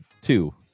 Two